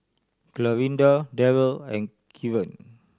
Clarinda Daryl and Keven